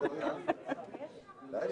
נצטרך